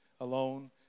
alone